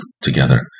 together